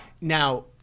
Now